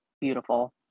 beautiful